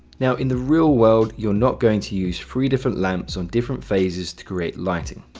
now in the real world, you're not going to use three different lamps, in different phases, to create lighting.